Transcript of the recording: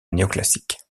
néoclassique